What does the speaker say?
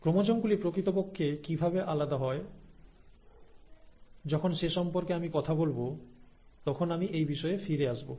chromosome গুলি প্রকৃতপক্ষে কিভাবে আলাদা হয় যখন সে সম্পর্কে আমি কথা বলব তখন আমি এই বিষয়ে ফিরে আসবো